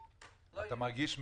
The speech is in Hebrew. יוראי, אתה גם מרגיש מיעוט?